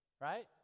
right